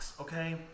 Okay